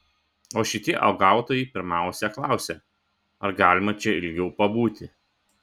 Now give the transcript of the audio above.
o šitie uogautojai pirmiausia klausia ar galima čia ilgiau pabūti